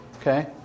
Okay